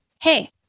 hey